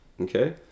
okay